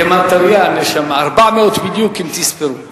400 בדיוק, אם תספרו.